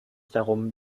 darum